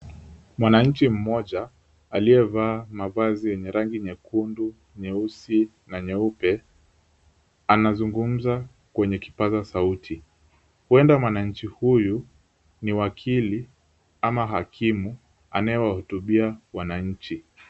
Mwananchi mmoja aliyevaa mavazi yenye rangi nyekundu, nyeusi na nyeupe, anazungumza kwenye kipaza sauti. Huenda mwanachi huyu ni wakili ama hakimu anayewahutubia wananchi.